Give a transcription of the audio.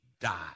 die